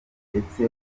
ndetse